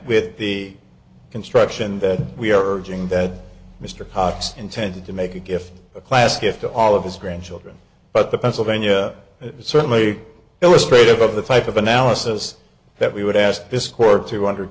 with the construction that we are urging that mr cox intended to make a gift a class gift to all of his grandchildren but the pennsylvania it certainly illustrated of the type of analysis that we would ask this court to und